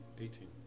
Eighteen